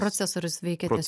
procesorius veikiantis